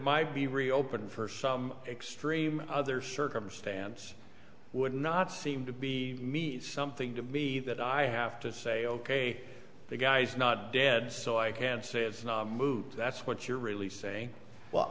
might be reopened for some extreme other circumstance would not seem to be something to me that i have to say ok the guy's not dead so i can say is moot that's what you're really saying well